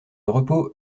repos